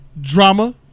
Drama